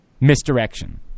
misdirection